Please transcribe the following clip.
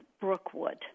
Brookwood